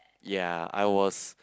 yea I was